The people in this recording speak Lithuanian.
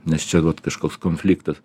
nes čia kažkoks konfliktas